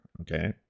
okay